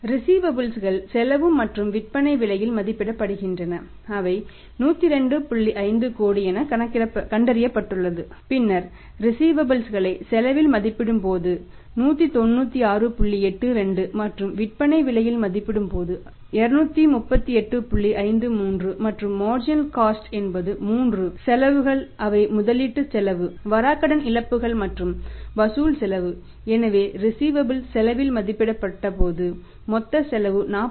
receivables வை செலவில் மதிப்பிடப்பட்டபோது மொத்த செலவு 46